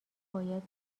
باید